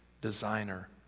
designer